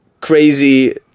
crazy